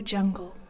Jungle